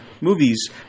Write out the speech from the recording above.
movies